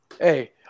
Hey